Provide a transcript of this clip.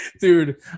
dude